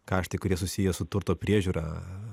kaštai kurie susiję su turto priežiūra